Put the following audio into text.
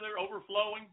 overflowing